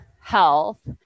health